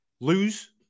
lose